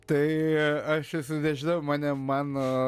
tai aš esu nežinau mane mano